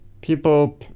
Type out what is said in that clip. people